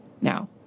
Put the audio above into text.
Now